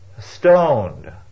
Stoned